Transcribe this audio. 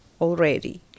already